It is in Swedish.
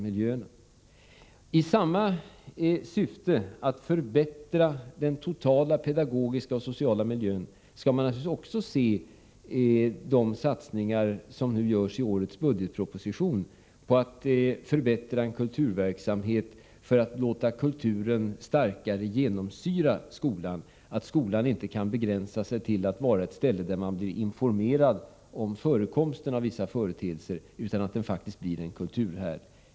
I samma syfte — att förbättra den totala pedagogiska och sociala miljön — skall man naturligtvis också se de satsningar som nu görs i årets budgetproposition. Det handlar om att förbättra kulturverksamheten och att låta kulturen starkare genomsyra skolan. Skolan kan inte begränsa sig till att vara ett ställe där man blir informerad om förekomsten av vissa företeelser, utan den måste bli en kulturhärd.